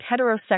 heterosexual